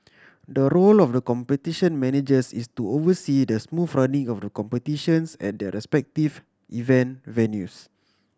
the role of the Competition Managers is to oversee the smooth running of the competitions at their respective event venues